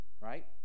right